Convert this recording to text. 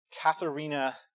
Katharina